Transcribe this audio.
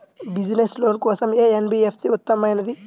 Business loan కోసం ఏ NBFC ఉత్తమమైనది?